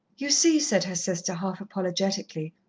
you see, said her sister half apologetically,